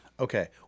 Okay